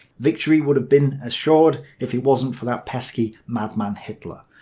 victory would have been assured if it wasn't for that pesky madman hitler.